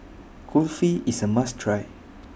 Kulfi IS A must Try